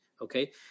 okay